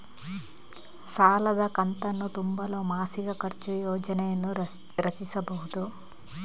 ಸಾಲದ ಕಂತನ್ನು ತುಂಬಲು ಮಾಸಿಕ ಖರ್ಚು ಯೋಜನೆಯನ್ನು ರಚಿಸಿಬಹುದು